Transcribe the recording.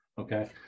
okay